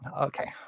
Okay